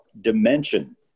dimension